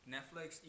Netflix